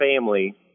family